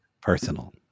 Personal